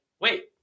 wait